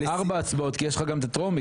ארבע הצבעות כי יש לך גם את הטרומית.